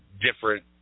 different